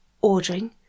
ordering